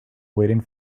waiting